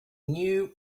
knew